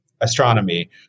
astronomy